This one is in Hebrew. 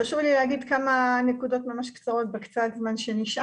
חשוב לי להגיד כמה נקודות קצרות בזמן הקצר שנשאר.